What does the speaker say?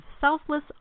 selfless